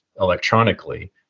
electronically